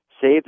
save